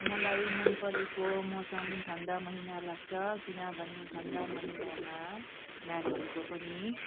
मलाई मन परेको मौसम ठन्डा महिना लाग्छ किनभने ठन्डा महिनामा नानीहरूको पनि